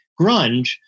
grunge